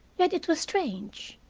yet it was strange.